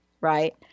Right